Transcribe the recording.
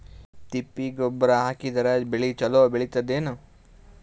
ತಿಪ್ಪಿ ಗೊಬ್ಬರ ಹಾಕಿದರ ಬೆಳ ಚಲೋ ಬೆಳಿತದೇನು?